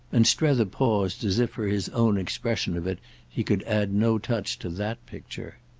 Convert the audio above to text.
and strether paused as if for his own expression of it he could add no touch to that picture.